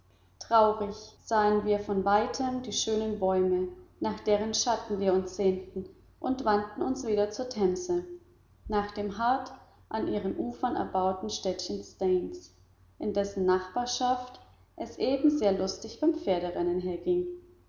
traurig sahen wir von weitem die schönen bäume nach deren schatten wir uns sehnten und wandten uns wieder zur themse nach dem hart an ihren ufern erbauten städtchen staines in dessen nachbarschaft es eben sehr lustig beim pferderennen